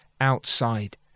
outside